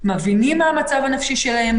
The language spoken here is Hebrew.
מבינים מה המצב הנפשי שלהם,